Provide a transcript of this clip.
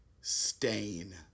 Stain